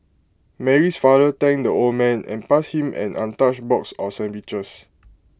Mary's father thanked the old man and passed him an untouched box of sandwiches